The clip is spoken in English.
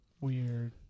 weird